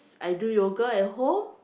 I do yoga at home